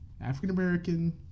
African-American